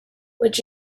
would